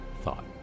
thought